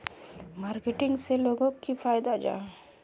Marketing से लोगोक की फायदा जाहा?